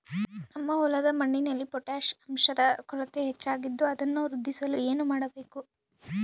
ನಮ್ಮ ಹೊಲದ ಮಣ್ಣಿನಲ್ಲಿ ಪೊಟ್ಯಾಷ್ ಅಂಶದ ಕೊರತೆ ಹೆಚ್ಚಾಗಿದ್ದು ಅದನ್ನು ವೃದ್ಧಿಸಲು ಏನು ಮಾಡಬೇಕು?